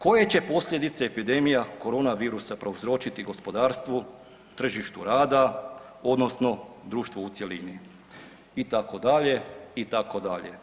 Koje će posljedice epidemija korona virusa prouzročiti gospodarstvu, tržištu rada odnosno društvu u cjelini? itd., itd.